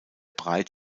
breit